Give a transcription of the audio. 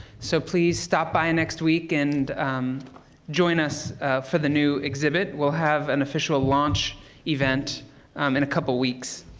so please stop by next week and join us for the new exhibit. we'll have an official launch event in a couple weeks.